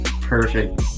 perfect